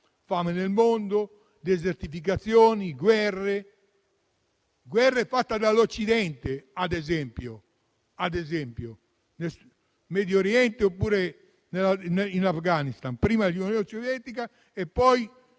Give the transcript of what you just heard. fame nel mondo, desertificazioni, guerre. Quelle sono guerre fatte dall'Occidente, ad esempio, in Medio Oriente oppure in Afghanistan, prima dall'Unione Sovietica e poi